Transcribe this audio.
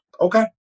Okay